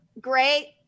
Great